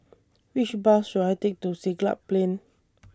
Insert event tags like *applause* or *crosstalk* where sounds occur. Which Bus should I Take to Siglap Plain *noise*